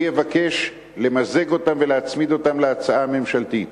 אני אבקש למזג אותם ולהצמיד אותם להצעה הממשלתית.